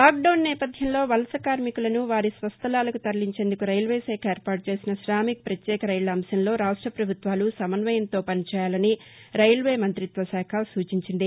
lockdown నేపథ్యంలో వలస కార్మికులను వారి స్వస్థలాలకు తరలించేందుకు రైల్వే శాఖ ఏర్పాటు చేసిన శామిక్ పత్యేక రైళ్ల అంశంలో రాష్ట ప్రభుత్వాలు సమన్వయంతో పనిచేయాలని రైల్వే మంతిత్వ శాఖ సూచించింది